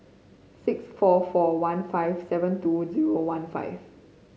six four four one five seven two zero one five